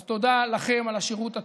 אז תודה לכם על השירות הטוב,